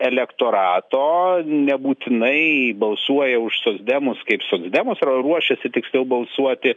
elektorato nebūtinai balsuoja už socdemus kaip socdemus ar ruošiasi tiksliau balsuoti